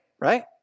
right